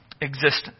Existence